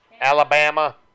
Alabama